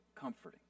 comforting